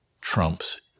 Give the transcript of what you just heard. trumps